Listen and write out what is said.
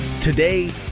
Today